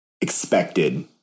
expected